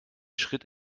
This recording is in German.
schritt